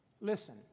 Listen